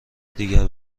دیگر